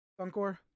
Dunkor